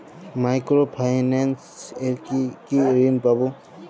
Micro finance এ কি কি ঋণ পাবো?